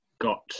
got